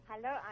Hello